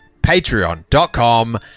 patreon.com